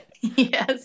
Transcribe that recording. yes